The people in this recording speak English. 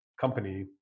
company